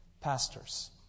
pastors